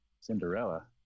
Cinderella